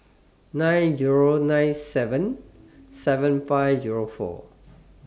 nine Zero nine seven seven five Zero four